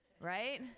right